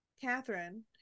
Catherine